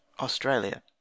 Australia